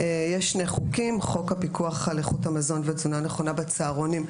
יש שני חוקים: חוק הפיקוח על איכות המזון והתזונה הנכונה בצהרונים,